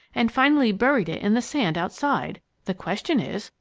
and finally buried it in the sand outside. the question is,